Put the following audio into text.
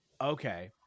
Okay